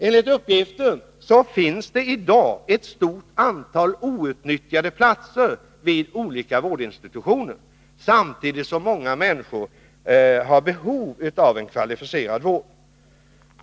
Enligt uppgift finns det i dag ett stort antal outnyttjade platser vid olika vårdinstitutioner, samtidigt som många människor har behov av en kvalificerad vård.